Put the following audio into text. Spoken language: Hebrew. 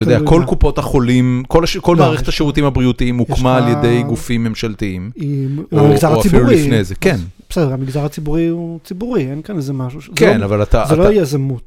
כל קופות החולים, כל מערכת השירותים הבריאותיים הוקמה על ידי גופים ממשלתיים. או אפילו לפני זה, כן. בסדר, המגזר הציבורי הוא ציבורי, אין כאן איזה משהו. כן, אבל אתה...